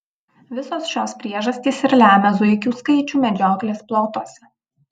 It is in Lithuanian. visos šios priežastys ir lemia zuikių skaičių medžioklės plotuose